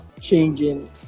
changing